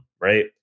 right